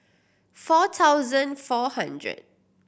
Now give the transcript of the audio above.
four thousand four hundred